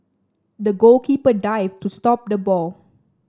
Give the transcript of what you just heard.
the goalkeeper dived to stop the ball